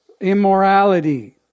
immorality